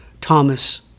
Thomas